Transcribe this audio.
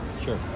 Sure